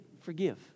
forgive